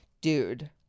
Dude